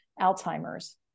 Alzheimer's